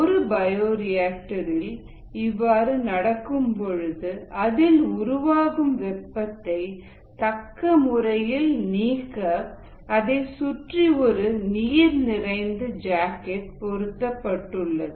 ஒரு பயோரிஆக்டர் இனுள் இவ்வாறு நடக்கும் பொழுது அதில் உருவாகும் வெப்பத்தை தக்க முறையில் நீக்க அதை சுற்றி ஒரு நீர் நிறைந்த ஜாக்கெட் பொருத்தப்பட்டுள்ளது